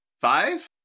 Five